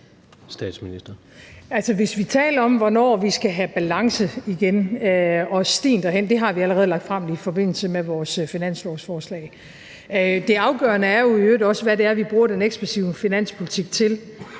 Altså, vi taler om, hvornår vi skal have balance igen. Stien derhen har vi allerede lagt frem i forbindelse med vores finanslovsforslag. Det afgørende er i øvrigt også, hvad det er, vi bruger den ekspansive finanspolitik til.